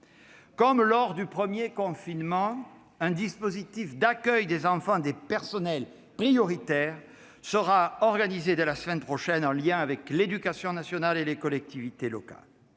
Comme lors du premier confinement, un dispositif d'accueil des enfants des personnels prioritaires sera organisé dès la semaine prochaine, en lien avec l'éducation nationale et les collectivités locales.